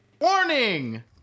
Warning